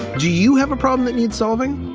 do you have a problem that needs solving?